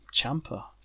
Champa